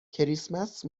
کریسمس